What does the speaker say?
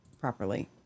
properly